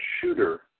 shooter